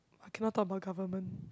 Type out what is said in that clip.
I cannot talk about government